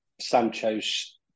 Sancho's